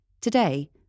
Today